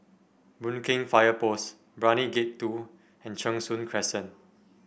Boon Keng Fire Post Brani Gate Two and Cheng Soon Crescent